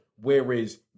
whereas